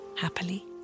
happily